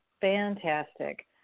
fantastic